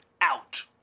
out